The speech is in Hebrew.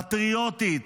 פטריוטית,